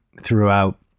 throughout